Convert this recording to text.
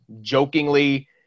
jokingly